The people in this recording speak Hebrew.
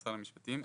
במשרד המשפטים.